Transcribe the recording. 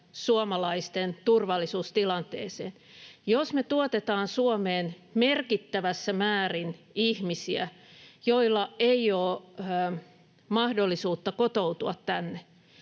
suomalaisten turvallisuustilanteeseen. Jos me tuotetaan Suomeen merkittävissä määrin ihmisiä, joilla ei ole mahdollisuutta kotoutua tänne,